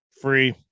free